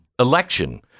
election